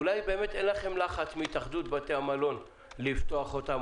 אולי באמת אין לכם לחץ מהתאחדות בתי המלון לפתוח אותם.